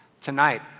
Tonight